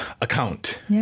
account